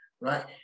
right